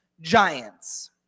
giants